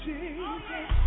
Jesus